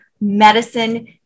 medicine